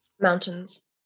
Mountains